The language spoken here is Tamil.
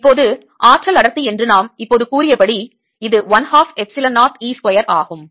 இப்போது ஆற்றல் அடர்த்தி என்று நாம் இப்போது கூறியபடி இது 1 ஹாஃப் எப்சிலன் 0 E ஸ்கொயர் ஆகும்